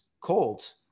cold